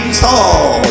tall